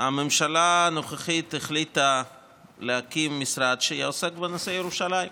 הממשלה הנוכחית החליטה להקים משרד שעוסק בנושא ירושלים.